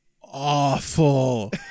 awful